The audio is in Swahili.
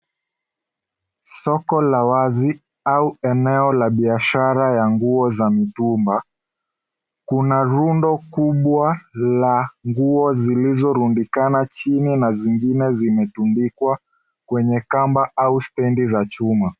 Soko la wazi au eneo la biashara ya nguo za mitumba. Kuna rundo kubwa la nguo zilizorundikana chini na zingine zimetundikwa kwenye kamba au stendi za chuma.